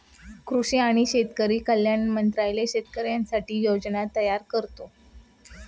कृषी आणि शेतकरी कल्याण मंत्रालय शेतकऱ्यांसाठी योजना तयार करते